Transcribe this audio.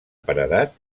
paredat